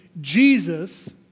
Jesus